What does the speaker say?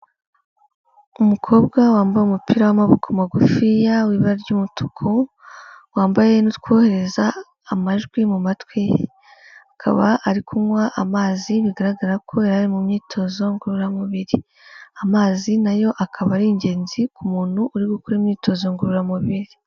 Umukobwa wambaye umupira w'amaboko magufiya w'ibara ry'umutuku, wambaye n'utwohereza amajwi mu matwi, akaba ari kunywa amazi bigaragara ko yari ari mu myitozo ngororamubiri, amazi na yo akaba ari ingenzi ku muntu uri gukora imyitozo ngororamubiri.